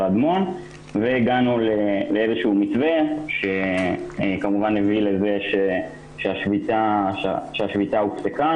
אדמון והגענו לאיזה מתווה שהביא לכך שהשביתה הופסקה.